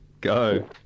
go